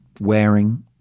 wearing